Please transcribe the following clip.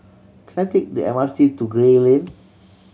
can I take the M R T to Gray Lane